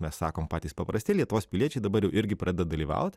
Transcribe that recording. mes sakom patys paprasti lietuvos piliečiai dabar irgi pradeda dalyvaut